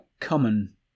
common